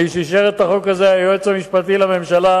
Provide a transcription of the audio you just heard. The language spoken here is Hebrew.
מי שאישר את החוק הזה היה היועץ המשפטי לממשלה,